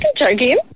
joking